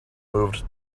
moved